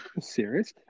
serious